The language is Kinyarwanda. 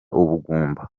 ubugumba